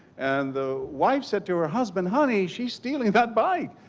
and the wife said to her husband, honey, she's stealing that bike,